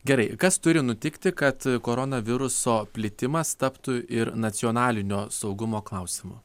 gerai kas turi nutikti kad koronaviruso plitimas taptų ir nacionalinio saugumo klausimu